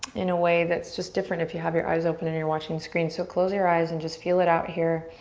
in a way that's just different if you have your eyes open and you're watching the screen. so close your eyes and just feel it out here.